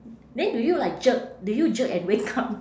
then do you like jerk do you jerk and wake up